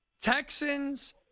Texans